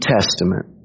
Testament